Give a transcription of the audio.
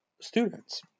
students